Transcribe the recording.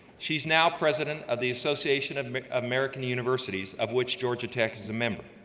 she's now president of the association of american universities, of which georgia tech is a member.